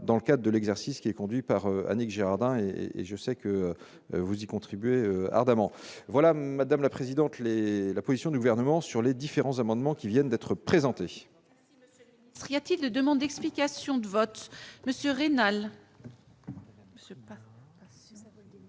dans le cas de l'exercice qui est conduit par Annick Girardin et et je sais que vous y contribuer ardemment voilà madame la présidente, les la position du gouvernement sur les différents amendements qui viennent d'être présentés.